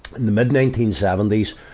in the mid nineteen seventy s,